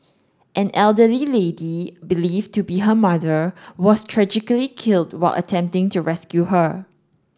an elderly lady believed to be her mother was tragically killed while attempting to rescue her